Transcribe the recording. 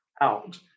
out